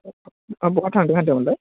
दा बबेयाव थांदों होनदोंमोन